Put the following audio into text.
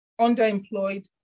underemployed